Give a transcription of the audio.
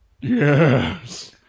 yes